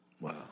Wow